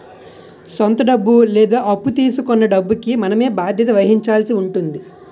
సొంత డబ్బు లేదా అప్పు తీసుకొన్న డబ్బుకి మనమే బాధ్యత వహించాల్సి ఉంటుంది